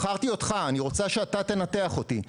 בחרתי אותך ואני רוצה שאתה תנתח אותי,